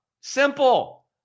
Simple